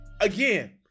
again